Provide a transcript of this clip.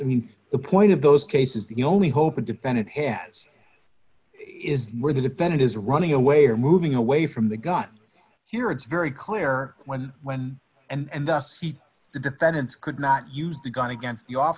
loggins means the point of those cases the only hope a defendant has is where the defendant is running away or moving away from the god here it's very clear when when and the defendant's could not use the gun against you off